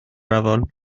afon